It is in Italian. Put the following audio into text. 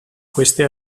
queste